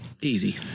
Easy